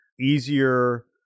easier